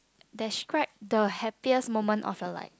describe the happiest moment of your life